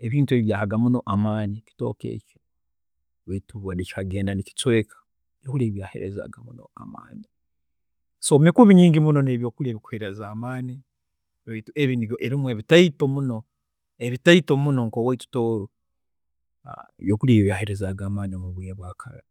ebintu ebi byahaga muno amaani byaaheerezaaga muno amaani, ebitooke ebi, baitu bikagenda nibicweeka baitu buli byaheerezaaga muno amaani, so emikubi mingi muno n'ebyokurya ebikuheereza amaani baitu ebi nibyo ebimu ebitaito muno, ebitaito muno nk'owaitu Tooro ebyokurya ebi byaaheerezaaga amaani mubiro bya kara.